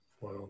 Wow